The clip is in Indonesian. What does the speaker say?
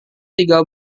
tiga